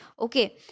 Okay